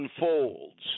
unfolds